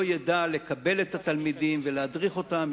ידע לקבל את התלמידים ולהדריך אותם.